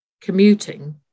commuting